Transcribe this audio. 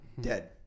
dead